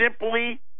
simply